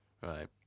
right